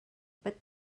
bit